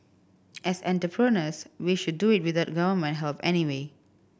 as entrepreneurs we should do it without Government help anyway